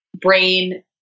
brain